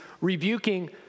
rebuking